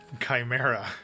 chimera